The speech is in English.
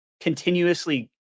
continuously